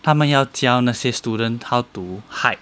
他们要教那些 students how to hide